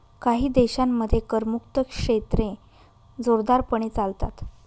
काही देशांमध्ये करमुक्त क्षेत्रे जोरदारपणे चालतात